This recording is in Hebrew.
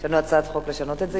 יש לנו הצעת חוק לשנות את זה.